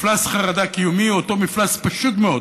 מפלס חרדה קיומי הוא אותו מפלס פשוט מאוד,